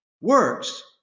works